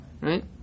right